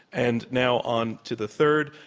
and now, on to the third.